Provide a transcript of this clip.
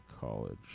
college